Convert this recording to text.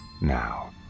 Now